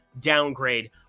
downgrade